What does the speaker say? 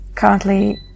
Currently